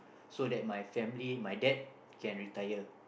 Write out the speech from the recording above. so that my family my dad can retire